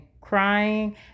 crying